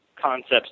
concepts